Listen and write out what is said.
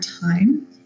time